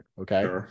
okay